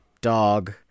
Dog